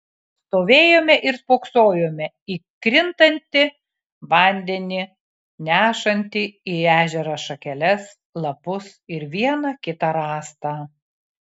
stovėjome ir spoksojome į krintantį vandenį nešantį į ežerą šakeles lapus ir vieną kitą rąstą